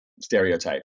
stereotype